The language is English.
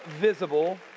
visible